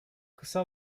kısa